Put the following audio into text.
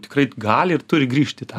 tikrai gali ir turi grįžt į tą